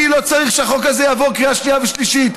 אני לא צריך שהחוק הזה יעבור קריאה שנייה ושלישית,